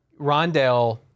Rondell